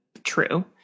True